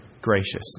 graciously